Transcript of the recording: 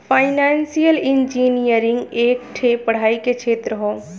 financial engineering एक ठे पढ़ाई के क्षेत्र हौ